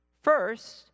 First